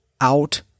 out